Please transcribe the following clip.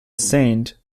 saint